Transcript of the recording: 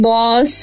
Boss